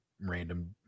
random